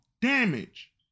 damage